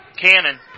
Cannon